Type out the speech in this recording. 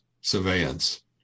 surveillance